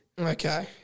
Okay